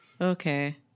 Okay